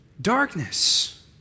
darkness